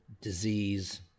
disease